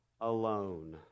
alone